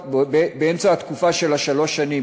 באמצע התקופה של שלוש השנים,